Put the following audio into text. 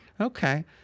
Okay